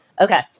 Okay